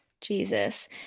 Jesus